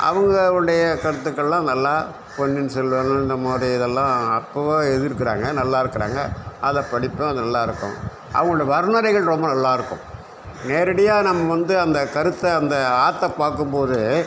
அவர்களுடைய கருத்துக்கள்லாம் நல்லா பொன்னியின் செல்வன் இந்தமாதிரி இதல்லாம் அற்புதமாக எழுதியிருக்குறாங்க நல்லாருக்குறாங்கள் அதை படிப்பேன் நல்லாருக்கும் அவங்களோட வர்ணனைகள் ரொம்ப நல்லாருக்கும் நேரடியாக நம்ம வந்து அந்த கருத்த அந்த ஆற்ற பார்க்கும் போது